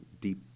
deep